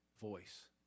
voice